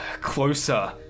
closer